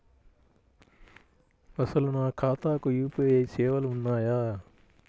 అసలు నా ఖాతాకు యూ.పీ.ఐ సేవలు ఉన్నాయా?